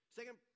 Second